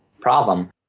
problem